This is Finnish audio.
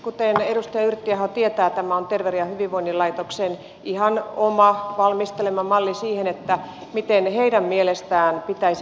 kuten edustaja yrttiaho tietää tämä on terveyden ja hyvinvoinnin laitoksen valmistelema ihan oma malli siihen miten heidän mielestään pitäisi perusterveydenhuoltoa tukea